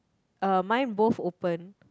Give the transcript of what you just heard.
uh mine both open